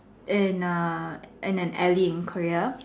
in err in an alley in Korea